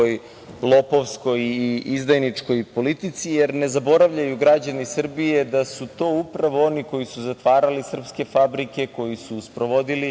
lopovskoj i izdajničkoj politici, jer ne zaboravljaju građani Srbije da su to upravo oni koji su zatvarali srpske fabrike, koji su sprovodili